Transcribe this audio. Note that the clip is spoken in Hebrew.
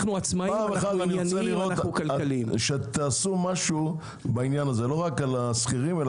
פעם אחת תעשו משהו בעניין הזה, לא רק על השכירים.